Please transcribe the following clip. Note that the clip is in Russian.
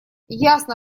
ясно